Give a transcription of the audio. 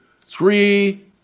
three